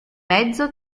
mezzo